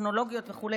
בטכנולוגיות וכו',